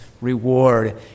reward